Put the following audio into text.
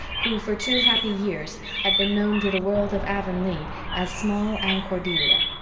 who for two happy years had been known to the world of avonlea as small anne cordelia.